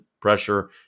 pressure